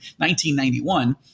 1991